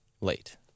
late